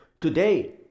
today